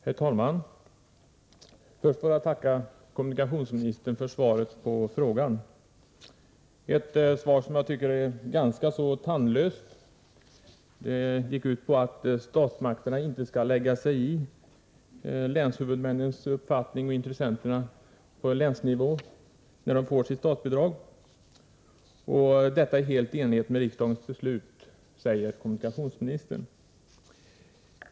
Herr talman! Först får jag tacka kommunikationsministern för svaret på frågan, ett svar som jag tycker var ganska tandlöst. Det gick ut på att statsmakterna inte skall lägga sig i vad länshuvudmännen och övriga intressenter på länsnivå gör när de får sitt statsbidrag. Detta är helt i enlighet med riksdagens beslut, sade kommunikationsministern.